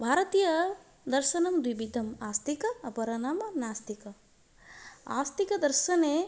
भारतीयदर्शनं द्विविधम् आस्तिकम् अपरनामं नास्तिकम् आस्तिकदर्शने